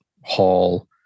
Hall